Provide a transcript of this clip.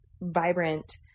vibrant